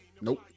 nope